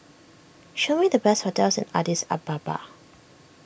show me the best hotels in Addis Ababa